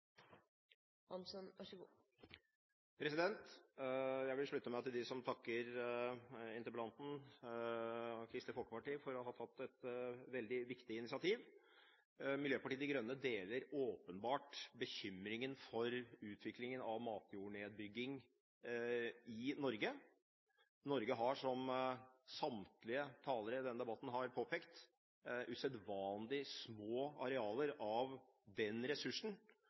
Jeg vil slutte meg til dem som takker interpellanten og Kristelig Folkeparti for å ha tatt et veldig viktig initiativ. Miljøpartiet De Grønne deler åpenbart bekymringen for utviklingen av nedbygging av matjord i Norge. Norge har, som samtlige talere i denne debatten har påpekt, usedvanlig små arealer av den ressursen